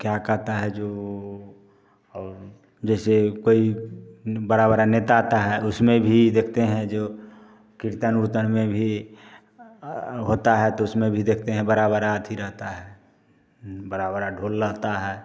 क्या कहता है जो और जैसे कोई बड़ा बड़ा नेता आता है उसमें भी देखते हैं जो कीर्तन उरतन में भी होता है तो उसमें भी देखते हैं बड़ा बड़ा अथी रहता है बड़ा बड़ा ढोल रहता है